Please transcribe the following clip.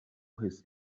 his